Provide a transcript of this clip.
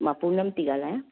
मां पूनम थी ॻाल्हायां